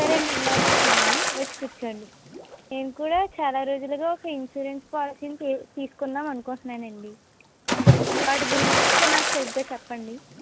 సరే అండి లోపలికి రండి వచ్చి కూర్చోండి నేను కూడా చాలా రోజులుగా ఒక ఇన్సూరెన్స్ పాలసీని తీస్ తీసుకుందాం అనుకుంటున్నానండి వాటి గురించి నాకు సరిగ్గా చెప్పండి